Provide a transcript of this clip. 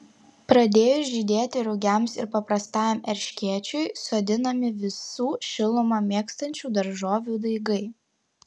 pradėjus žydėti rugiams ir paprastajam erškėčiui sodinami visų šilumą mėgstančių daržovių daigai